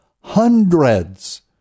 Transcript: hundreds